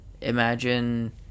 imagine